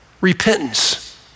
repentance